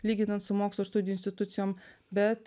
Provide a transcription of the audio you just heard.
lyginant su mokslo ir studijų institucijom bet